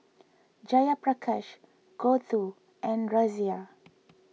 Jayaprakash Gouthu and Razia